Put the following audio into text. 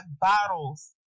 bottles